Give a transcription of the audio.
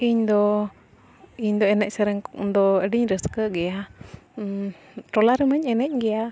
ᱤᱧ ᱫᱚ ᱤᱧ ᱫᱚ ᱮᱱᱮᱡ ᱥᱮᱨᱮᱧ ᱫᱚ ᱟᱹᱰᱤᱧ ᱨᱟᱹᱥᱠᱟᱹᱜ ᱜᱮᱭᱟ ᱴᱚᱞᱟ ᱨᱮᱢᱟᱹᱧ ᱮᱱᱮᱡ ᱜᱮᱭᱟ